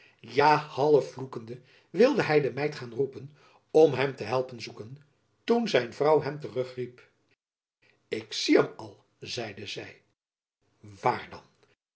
ja half vloekende wilde hy de meid gaan roepen om hem te helpen zoeken toen zijn vrouw hem terug riep ik zie hem al zeide zy waar dan